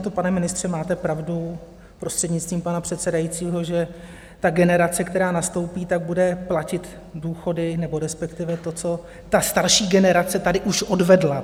Ano, pane ministře, to máte pravdu, prostřednictvím pana předsedajícího, že ta generace, která nastoupí, bude platit důchody, respektive to, co starší generace tady už odvedla.